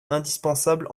indispensable